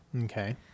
Okay